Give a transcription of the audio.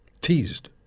teased